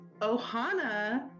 Ohana